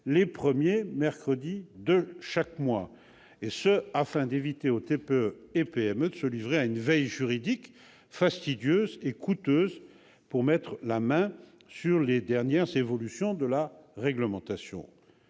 le premier mercredi de chaque mois, et ce afin d'éviter aux TPE et aux PME de se livrer à une veille juridique fastidieuse et coûteuse pour être informées des dernières évolutions de la réglementation.